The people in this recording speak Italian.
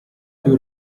più